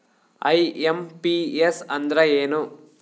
IMPS ಅಂದ್ರ ಏನು?